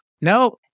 No